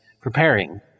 preparing